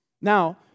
Now